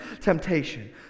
temptation